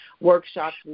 workshops